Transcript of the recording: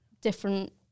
different